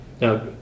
Now